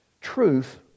Truth